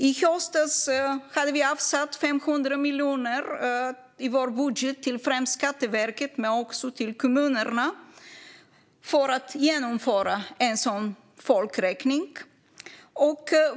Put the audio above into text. I höstas hade vi avsatt 500 miljoner i vår budget till främst Skatteverket men också kommunerna för att genomföra en sådan folkräkning.